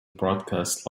broadcast